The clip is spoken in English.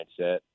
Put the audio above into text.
mindset